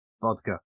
vodka